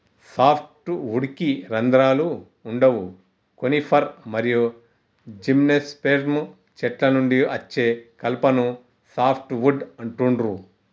soft వుడ్కి రంధ్రాలు వుండవు కోనిఫర్ మరియు జిమ్నోస్పెర్మ్ చెట్ల నుండి అచ్చే కలపను సాఫ్ట్ వుడ్ అంటుండ్రు